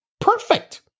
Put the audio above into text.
perfect